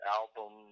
album